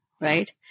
right